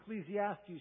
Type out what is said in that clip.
Ecclesiastes